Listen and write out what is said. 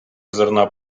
зерна